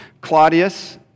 Claudius